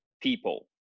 people